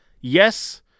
Yes